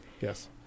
Yes